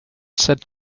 said